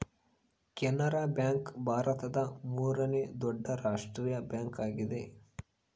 Canara bank ಭಾರತದ ಮೂರನೇ ದೊಡ್ಡ ರಾಷ್ಟ್ರೀಯ ಬ್ಯಾಂಕ್ ಆಗಿದೆ